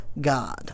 God